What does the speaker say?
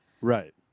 Right